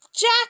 jack